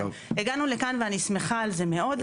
הגענו לכאן ואני שמחה על זה מאוד,